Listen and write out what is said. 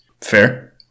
Fair